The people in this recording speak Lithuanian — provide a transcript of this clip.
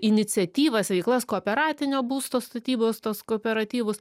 iniciatyvas veiklas kooperatinio būsto statybos tuos kooperatyvus